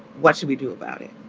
what should we do about it?